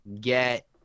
get